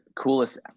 coolest